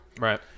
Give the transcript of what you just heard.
right